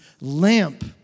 lamp